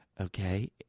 Okay